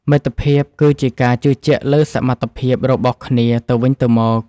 មិត្តភាពគឺជាការជឿជាក់លើសមត្ថភាពរបស់គ្នាទៅវិញទៅមក។